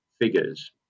figures